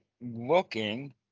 looking